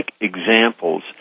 examples